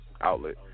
outlet